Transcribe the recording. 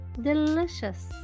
delicious